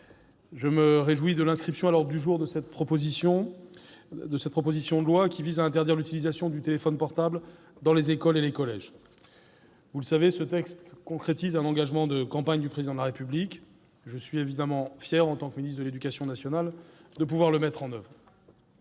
je me réjouis de l'inscription à l'ordre du jour de cette proposition de loi, qui vise à interdire l'utilisation du téléphone portable dans les écoles et les collèges. Vous le savez, ce texte concrétise un engagement de campagne du Président de la République. Je suis évidemment fier, en tant que ministre de l'éducation nationale, de pouvoir mettre en oeuvre